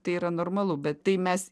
tai yra normalu bet tai mes